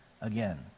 again